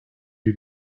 you